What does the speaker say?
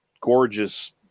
gorgeous